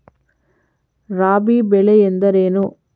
ರಾಬಿ ಬೆಳೆ ಎಂದರೇನು?